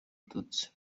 abatutsi